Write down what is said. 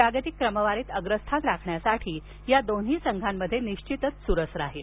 जागतिक क्रमवारीत अग्रस्थान राखण्यासाठी दोन्ही संघांमध्ये चुरस राहील